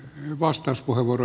arvoisa puhemies